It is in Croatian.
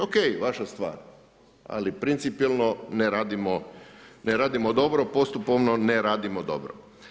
OK vaša stvar, ali principijelno ne radimo dobro, postupovno ne radimo dobro.